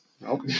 Nope